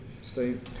Steve